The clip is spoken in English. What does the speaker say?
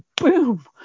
boom